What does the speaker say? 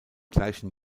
gleichen